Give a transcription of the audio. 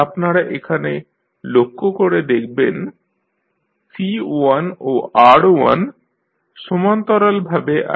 আপনারা এখানে লক্ষ্য করে দেখবেন C1 ও R1 সমান্তরালভাবে আছে